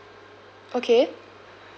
okay